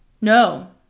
No